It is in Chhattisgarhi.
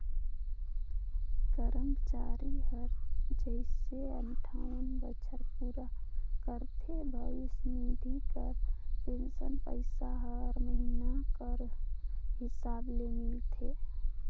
करमचारी हर जइसे अंठावन बछर पूरा करथे भविस निधि कर पेंसन पइसा हर महिना कर हिसाब ले मिलथे